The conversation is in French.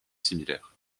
similaires